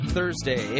Thursday